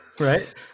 Right